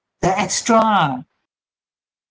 the extra